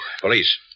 Police